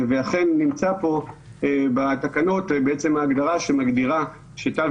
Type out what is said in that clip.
ואכן נמצאת פה בתקנות בעצם הגדרה שמגדירה שתו